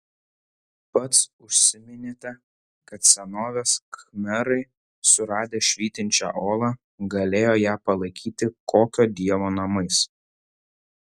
pats užsiminėte kad senovės khmerai suradę švytinčią olą galėjo ją palaikyti kokio dievo namais